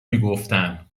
میگفتن